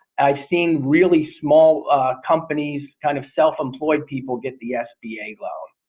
i've seen really small companies kind of self-employed people get the sba loan.